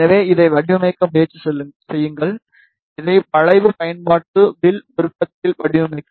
எனவே இதை வடிவமைக்க முயற்சி செய்யுங்கள் இதை வளைவு பயன்பாட்டு வில் விருப்பத்திற்கு வடிவமைக்க